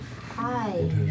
Hi